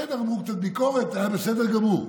בסדר, אמרו קצת ביקורת, היה בסדר גמור.